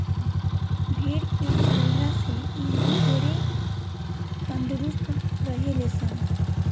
भेड़ के चरइला से इ ढेरे तंदुरुस्त रहे ले सन